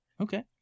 Okay